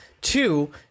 Two